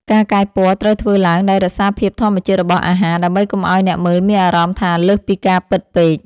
ការកែពណ៌ត្រូវធ្វើឡើងដោយរក្សាភាពធម្មជាតិរបស់អាហារ ដើម្បីកុំឱ្យអ្នកមើលមានអារម្មណ៍ថាលើសពីការពិតពេក។